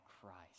christ